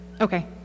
Okay